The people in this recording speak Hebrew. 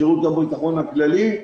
שירות הביטחון הכללי.